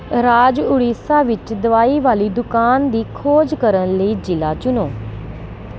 ਰਾਜ ਉੜੀਸਾ ਵਿੱਚ ਦਵਾਈ ਵਾਲੀ ਦੁਕਾਨ ਦੀ ਖੋਜ ਕਰਨ ਲਈ ਜਿਲ੍ਹਾ ਚੁਣੋ